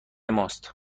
ماست